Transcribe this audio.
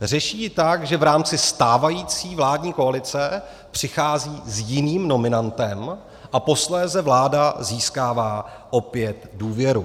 Řeší ji tak, že v rámci stávající vládní koalice přichází s jiným nominantem a posléze vláda získává opět důvěru.